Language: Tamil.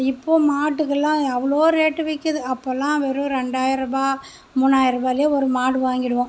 இப்போ மாட்டுக்கெல்லாம் அவ்வளோ ரேட் விற்கிது அப்போலாம் வெறும் ரெண்டாயிரம் ரூபா மூணாயிரம் ரூபாவிலே ஒரு மாடு வாங்கி விடுவோம்